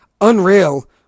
unreal